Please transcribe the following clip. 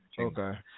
Okay